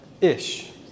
Ish